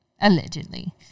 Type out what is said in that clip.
Allegedly